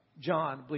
John